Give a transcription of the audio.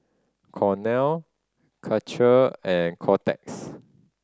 Cornell Karcher and Kotex